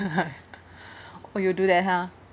you do that ha